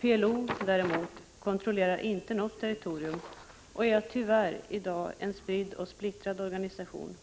PLO däremot kontrollerar inte något territorium och är i dag tyvärr en spridd och splittrad organisation.